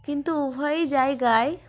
কিন্তু উভয়ই জায়গায়